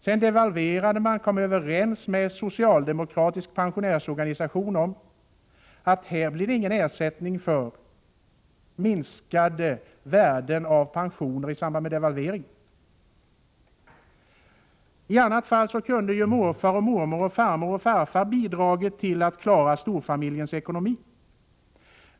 Sedan devalverade man och kom överens med en socialdemokratisk pensionärsorganisation om att det inte skulle bli någon ersättning för pensionernas minskade värde genom devalveringen. I annat fall kunde ju mormor och morfar samt farmor och farfar ha bidragit till att klara storfamiljens ekonomi.